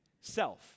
self